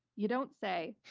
you don't say.